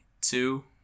two